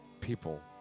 people